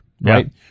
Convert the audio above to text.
right